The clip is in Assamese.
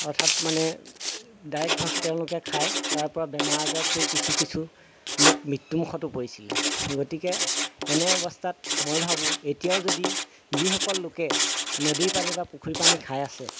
অৰ্থাৎ মানে ডাইৰেক্ট ভ তেওঁলোকে খায় তাৰপৰা বেমাৰ আজাৰত পৰি কিছু কিছু লোক মৃত্যুমুখতো পৰিছিলে গতিকে এনে অৱস্থাত মই ভাবোঁ এতিয়াও যদি যিসকল লোকে নদীৰ পানী বা পুখুৰীৰ পানী খাই আছে